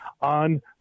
on